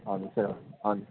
ਹਾਂਜੀ ਸਰ ਹਾਂਜੀ